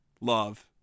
love